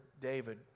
David